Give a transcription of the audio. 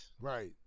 Right